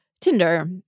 Tinder